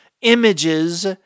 images